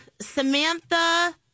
Samantha